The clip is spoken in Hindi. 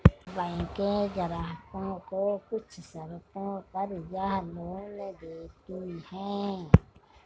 बैकें ग्राहकों को कुछ शर्तों पर यह लोन देतीं हैं